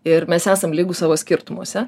ir mes esam lygūs savo skirtumuose